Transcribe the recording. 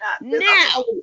now